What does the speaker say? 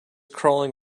crawling